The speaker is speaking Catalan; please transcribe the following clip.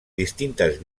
distintes